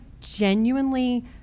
genuinely